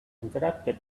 interrupted